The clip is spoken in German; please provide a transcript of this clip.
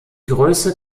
größe